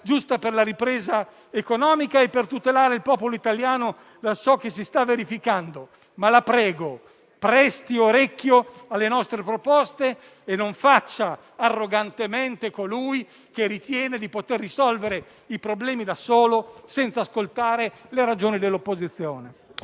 giusta per la ripresa economica e per tutelare il popolo italiano da ciò che si sta verificando, ma, la prego, presti orecchio alle nostre proposte e non faccia arrogantemente la parte di colui che ritiene di poter risolvere i problemi da solo senza ascoltare le ragioni dell'opposizione.